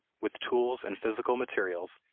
with tools and physical materials,